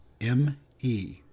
M-E